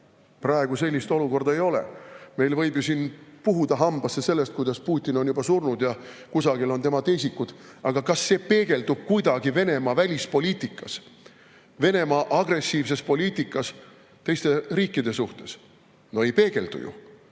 Praegu sellist olukorda ei ole. Meil võib ju siin puhuda hambasse sellest, et Putin on juba surnud ja kusagil on tema teisikud. Aga kas see peegeldub kuidagi Venemaa välispoliitikas, Venemaa agressiivses poliitikas teiste riikide suhtes? No ei peegeldu ju.